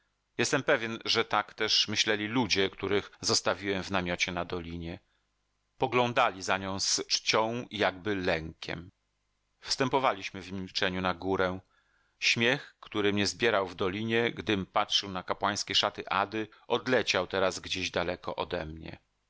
jestem pewien że tak też myśleli ludzie których zostawiłem w namiocie na dolinie poglądali za nią z czcią i jakby lękiem wstępowaliśmy w milczeniu na górę smiech który mnie zbierał w dolinie gdym patrzył na kapłańskie szaty ady odleciał teraz gdzieś daleko odemnie